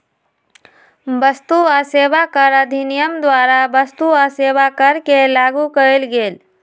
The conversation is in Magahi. वस्तु आ सेवा कर अधिनियम द्वारा वस्तु आ सेवा कर के लागू कएल गेल